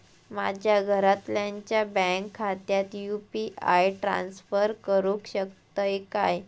माझ्या घरातल्याच्या बँक खात्यात यू.पी.आय ट्रान्स्फर करुक शकतय काय?